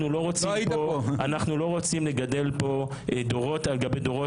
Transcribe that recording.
אנחנו לא רוצים לגדל פה דורות על גבי דורות